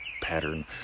pattern